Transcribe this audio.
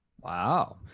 Wow